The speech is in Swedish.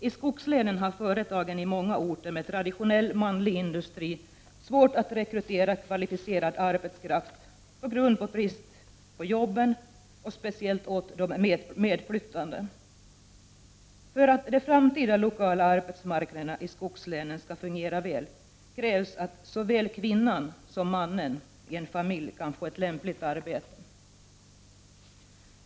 I skogslänen har företagen på många orter med traditionell manlig industri svårt att rekrytera kvalificerad arbetskraft på grund av bristen på jobb åt de medflyttande. För att de framtida lokala arbetsmarknaderna i skogslänen skall fungera väl krävs att såväl kvinnan som mannen i en familj kan få ett lämpligt arbete.